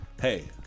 Hey